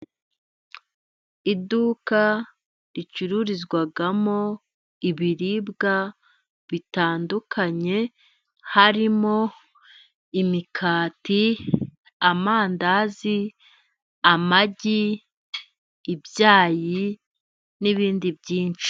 Iduka ricururizwamo ibiribwa bitandukanye, harimo imikati, amandazi amagi, ibyayi n'ibindi byinshi.